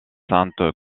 sainte